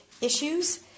issues